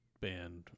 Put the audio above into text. Band